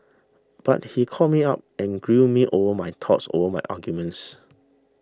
but he called me up and grilled me over my thoughts over my arguments